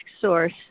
Source